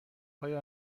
آیا